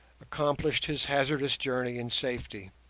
accomplished his hazardous journey in safety.